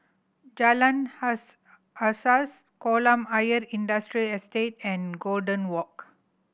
Jalan Asas Kolam Ayer Industrial Estate and Golden Walk